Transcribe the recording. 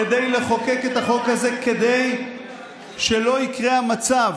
כדי לחוקק את החוק הזה כדי שלא יקרה המצב